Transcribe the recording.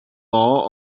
law